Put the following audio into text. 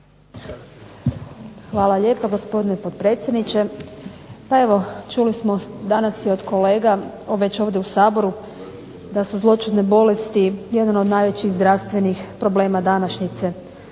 Hvala lijepo gospodine potpredsjedniče. Pa evo čuli smo danas i od kolega ovdje u SAboru da su zloćudne bolesti jedan od najvećih zdravstvenih problema današnjice.